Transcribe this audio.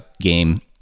game